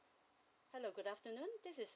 hello good afternoon this is